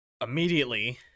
Immediately